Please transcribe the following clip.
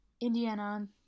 Indiana